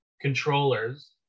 controllers